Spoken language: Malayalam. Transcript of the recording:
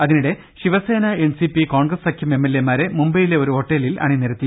അതിനിടെ ശിവസേന എൻസിപ്പി കോൺഗ്രസ് സഖ്യം എംഎൽഎമാരെ മുംബൈയിലെ ഒരു ഹോട്ടലിൽ അണിനിരത്തി